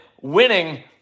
winning